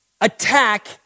attack